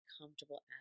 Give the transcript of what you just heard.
comfortable